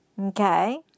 Okay